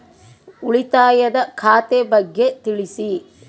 ಉಳಿತಾಯ ಖಾತೆ ಬಗ್ಗೆ ತಿಳಿಸಿ?